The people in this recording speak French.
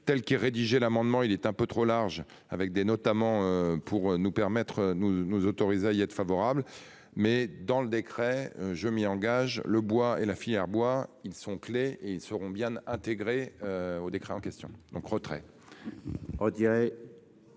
telle qu'il rédigé l'amendement, il est un peu trop large avec des notamment pour nous permettre, nous nous autorise à y être favorable mais dans le décret. Je m'y engage le bois et la filière bois ils sont clé et ils seront bien intégré au décret en question donc retrait.